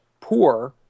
poor